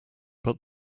but